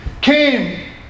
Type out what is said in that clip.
came